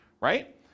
Right